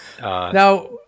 Now